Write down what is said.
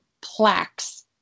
plaques